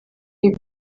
ibi